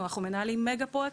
אנחנו מנהלים מגה-פרויקט,